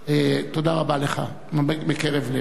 תודה רבה לך מקרב לב.